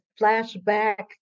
flashback